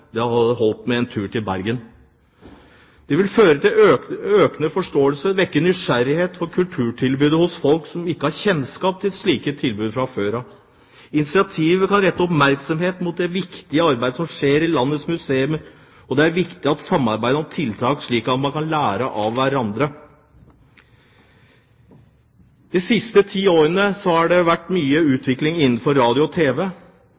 Det hadde holdt med en tur til Bergen. Dette vil føre til økt forståelse og vekke nysgjerrighet for kulturtilbud blant folk som ikke har kjennskap til slike tilbud fra før. Initiativet kan rette oppmerksomhet mot det viktige arbeidet som skjer i landets museer, og at det er viktig å samarbeide om tiltak, slik at man kan lære av hverandre. De siste ti årene har det vært